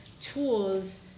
tools